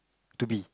to be